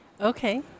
Okay